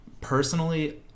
personally